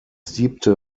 siebte